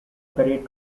parade